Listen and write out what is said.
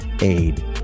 aid